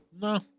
No